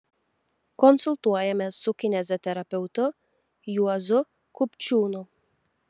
konsultuojamės su kineziterapeutu juozu kupčiūnu